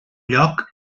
lloc